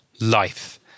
life